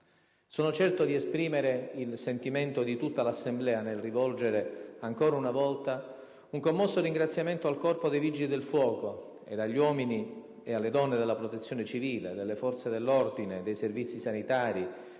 Sono certo di esprimere il sentimento di tutta l'Assemblea nel rivolgere, ancora una volta, un commosso ringraziamento al Corpo dei Vigili del fuoco e agli uomini e alle donne della Protezione civile, delle forze dell'ordine, dei servizi sanitari,